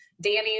danny